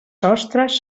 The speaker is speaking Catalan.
sostres